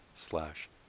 slash